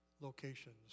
locations